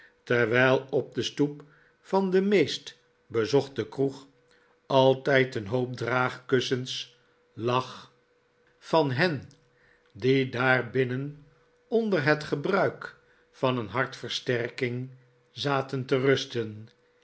terwijl op de stoep van de meest bezochte kroeg altijd een hoop draagkussens lag van hen die daar birinen onder het gebruik van een hartversterking zaten te rusten